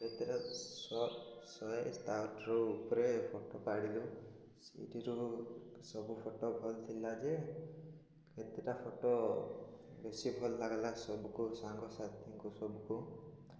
କେତେଟା ଶହେ ତା'ଠାରୁ ଉପରେ ଫଟୋ କାଢ଼ିଲୁ ସେଇଥିରୁ ସବୁ ଫଟୋ ଭଲ ଥିଲା ଯେ କେତେଟା ଫଟୋ ବେଶୀ ଭଲ ଲାଗିଲା ସବୁକୁ ସାଙ୍ଗସାଥିଙ୍କୁ ସବୁକୁ